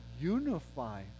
unify